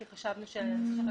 כי חשבנו שחקלאות